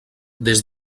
des